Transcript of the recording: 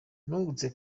nungutse